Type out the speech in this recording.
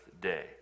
day